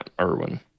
Irwin